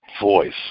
Voice